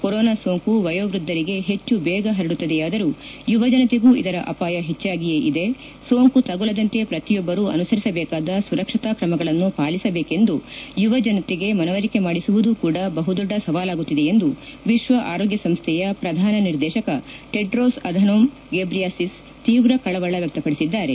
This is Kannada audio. ಕೊರೋನಾ ಸೋಂಕು ವಯೋವೃದ್ದರಿಗೆ ಹೆಚ್ಚು ಬೇಗ ಹರಡುತ್ತದೆಯಾದರೂ ಯುವ ಜನತೆಗೂ ಇದರ ಅಪಾಯ ಹೆಚ್ಚಾಗಿಯೇ ಇದೆ ಸೋಂಕು ತಗುಲದಂತೆ ಪ್ರತಿಯೊಬ್ಬರೂ ಅನುಸರಿಸಬೇಕಾದ ಸುರಕ್ಷತಾ ಕ್ರಮಗಳನ್ನು ಪಾಲಿಸಬೇಕೆಂದು ಯುವ ಜನರಿಗೆ ಮನವರಿಕೆ ಮಾಡಿಸುವುದೂ ಕೂಡ ಬಹು ದೊಡ್ಡ ಸವಾಲಾಗುತ್ತಿದೆ ಎಂದು ವಿಶ್ವ ಆರೋಗ್ಡ ಸಂಸ್ಥೆಯ ಪ್ರಧಾನ ನಿರ್ದೇಶಕ ಟೆಡ್ರೋಸ್ ಅಧನೋಂ ಗೆಬ್ರಿಯಾಸಿಸ್ ತೀವ್ರ ಕಳವಳ ವ್ಯಕ್ತಪಡಿಸಿದ್ದಾರೆ